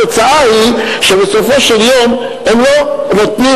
התוצאה היא שבסופו של יום הם לא נותנים